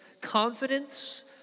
Confidence